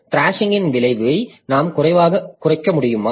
thrashing விளைவை நாம் குறைக்க முடியுமா